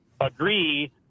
agree